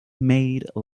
made